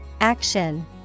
Action